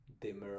dimmer